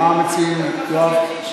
מה המציעים מציעים?